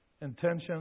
intentions